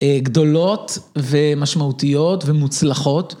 גדולות ומשמעותיות ומוצלחות.